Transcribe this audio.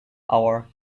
our